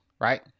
right